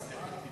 חביבים עלי.